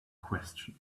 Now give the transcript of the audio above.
question